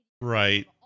Right